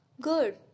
Good